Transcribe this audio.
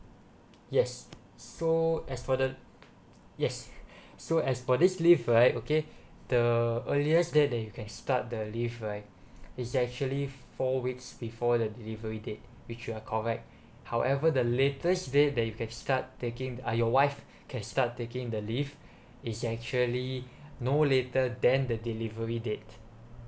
yes so as for the yes so as for this leave right okay the earliest date that you can start the leave right is actually four weeks before the delivery date which you are correct however the latest date that you can start taking uh your wife can start taking the leave is actually no later than the delivery date